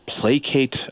placate